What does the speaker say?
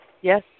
Yes